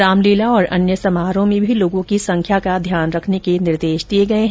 रामलीला और अन्य समारोह में भी लोगों की संख्या का ध्यान रखने के निर्देश दिए गए हैं